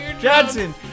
Johnson